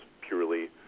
purely